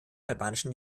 albanischen